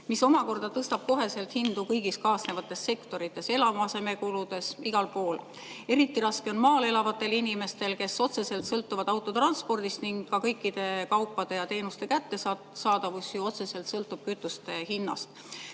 mis omakorda tõstab koheselt hindu kõigis kaasnevates sektorites. Eluasemekuludes, igal pool. Eriti raske on maal elavatel inimestel, kes otseselt sõltuvad autotranspordist, ning kõikide kaupade ja teenuste kättesaadavus sõltub ju otseselt kütuste hinnast.